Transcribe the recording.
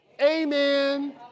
amen